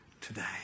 today